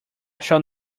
shall